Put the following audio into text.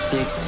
Six